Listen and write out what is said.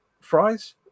fries